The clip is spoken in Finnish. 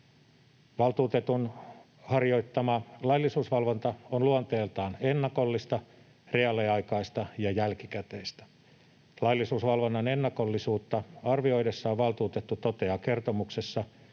Valtuutetun harjoittama laillisuusvalvonta on luonteeltaan ennakollista, reaaliaikaista ja jälkikäteistä. Laillisuusvalvonnan ennakollisuutta arvioidessaan valtuutettu toteaa kertomuksessa,